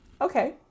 Okay